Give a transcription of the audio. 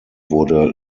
wurde